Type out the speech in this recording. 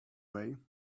way